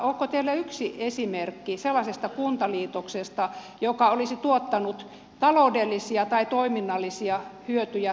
onko teillä yksi esimerkki sellaisesta kuntaliitoksesta joka olisi tuottanut taloudellisia tai toiminnallisia hyötyjä tavalliselle kuntalaiselle